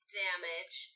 damage